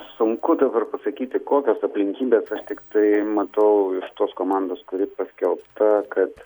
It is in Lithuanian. sunku dabar pasakyti kokios aplinkybės aš tiktai matau iš tos komandos kuri paskelbta kad